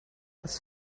was